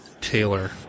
taylor